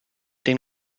den